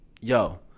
yo